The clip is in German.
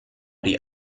die